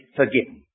forgiven